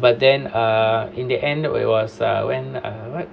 but then err in the end it was uh when uh what